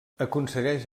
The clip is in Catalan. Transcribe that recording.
aconsegueix